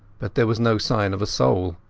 but there was no sign of a soul.